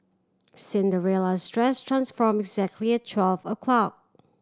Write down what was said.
Cinderella's dress transformed exactly at twelve o'clock